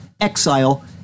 exile